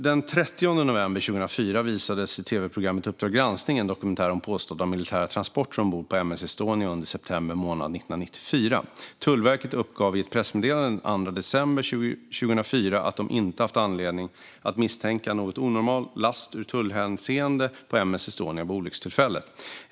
Den 30 november 2004 visades i tv-programmet Uppdrag granskning en dokumentär om påstådda militära transporter ombord på M S Estonia vid olyckstillfället.